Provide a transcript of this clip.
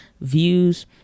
views